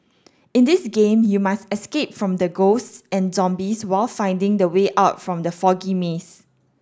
in this game you must escape from the ghosts and zombies while finding the way out from the foggy maze